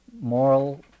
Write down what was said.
moral